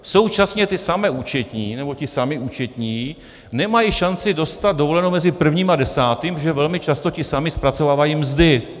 Současně ty samé účetní nebo ti samí účetní nemají šanci dostat dovolenou mezi prvním a desátým, protože velmi často ti samí zpracovávají mzdy.